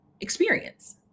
experience